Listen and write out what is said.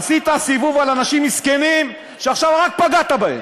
עשית סיבוב על אנשים מסכנים, שעכשיו רק פגעת בהם.